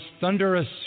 thunderous